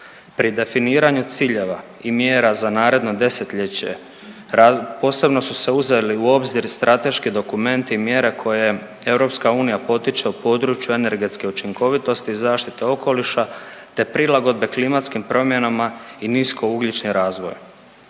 Pri definiranju ciljeva i mjera za naredno desetljeće posebno su se uzeli u obzir strateški dokumenti i mjere koje EU potiče u području energetske učinkovitosti, zaštite okoliša, te prilagodbe klimatskim promjenama i nisko ugljičnim razvojem.